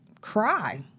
cry